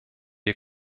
der